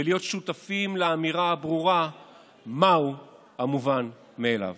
ולהיות שותפים לאמירה הברורה מהו המובן מאליו.